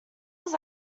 was